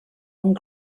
one